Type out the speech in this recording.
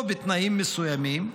או בתנאים מסוימים,